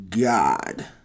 God